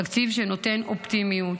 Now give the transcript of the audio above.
תקציב שנותן אופטימיות.